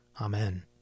Amen